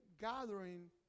gathering